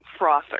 frother